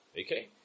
Okay